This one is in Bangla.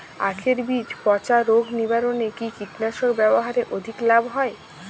আঁখের বীজ পচা রোগ নিবারণে কি কীটনাশক ব্যবহারে অধিক লাভ হয়?